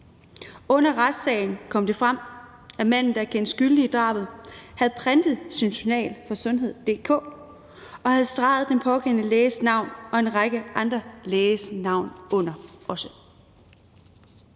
under retssagen kom det frem, at manden, der er kendt skyldig i drabet, havde printet sin journal fra sundhed.dk og havde streget den pågældende læges navn og en række andre lægers navne under.